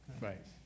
Right